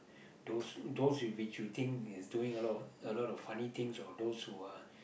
those those which you think it's doing a lot a lot of funny things or those who are